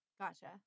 Gotcha